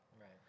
right